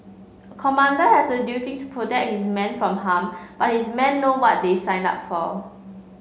commander has a duty to protect his men from harm but his men know what they signed up for